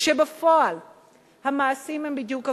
כשבפועל המעשים הם בדיוק הפוכים,